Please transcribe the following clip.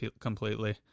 completely